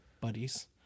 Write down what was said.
buddies